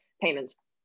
payments